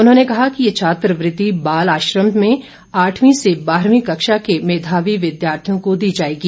उन्होंने कहा कि ये छात्रवृत्ति बाल आश्रम में आठवीं से बारहवीं कक्षा के मेधावी विद्यार्थियों को दी जाएगी